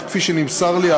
אך כפי שנמסר לי,